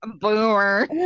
Boomer